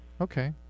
Okay